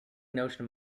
notion